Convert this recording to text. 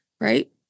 right